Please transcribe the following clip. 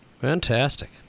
Fantastic